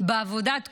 בעבודת קודש,